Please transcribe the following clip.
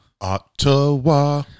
Ottawa